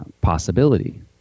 possibility